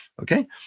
Okay